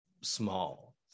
small